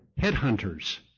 headhunters